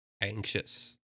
anxious